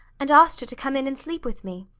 and asked her to come in and sleep with me,